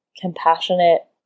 compassionate